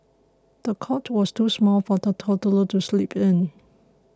the cot was too small for the toddler to sleep in